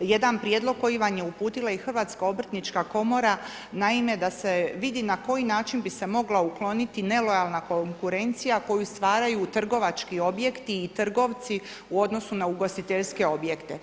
jedan prijedlog koji vam je uputila i Hrvatska obrtnička komora, naime da se vidi na koji način bi se mogla ukloniti nelojalna konkurencija koju stvaraju trgovački objekti i trgovci u odnosu na ugostiteljske objekte.